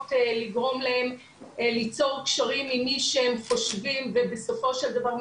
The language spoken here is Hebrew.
שעלולות לגרום להם ליצור קשרים עם מי שהם חושבים ובסופו של דבר,